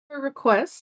Request